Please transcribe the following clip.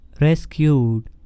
rescued